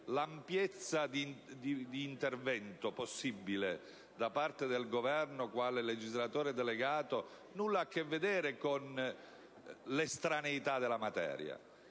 l'ampiezza di intervento possibile da parte del Governo quale legislatore delegato nulla ha a che vedere con l'estraneità della materia.